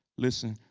listen,